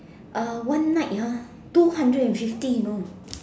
uh one night ah two hundred and fifty you know